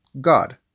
God